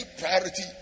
priority